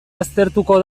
aztertuko